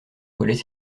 collait